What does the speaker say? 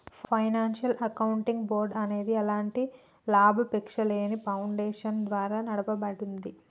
financial accounting board అనేది ఎలాంటి లాభాపేక్షలేని ఫౌండేషన్ ద్వారా నడపబడుద్ది